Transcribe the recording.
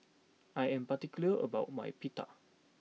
I am particular about my Pita